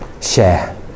share